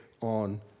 on